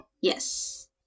Yes